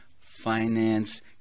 finance